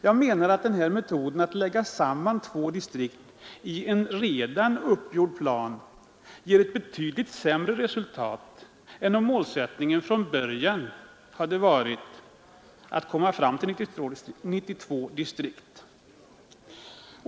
Jag menar att denna metod att lägga samman två distrikt i en redan uppgjord plan ger ett betydligt sämre resultat än om målsättningen från början hade varit att komma fram till 92 distrikt.